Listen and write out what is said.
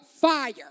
fire